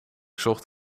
zocht